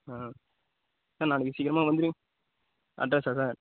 sir நாளைக்கு சீக்கிரமாக வந்து அட்ரஸ்ஸா சார்